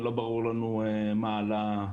ולא ברור לנו מה עלה